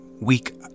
Weak